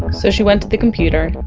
so she went to the computer.